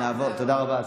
תודה רבה.